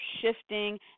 shifting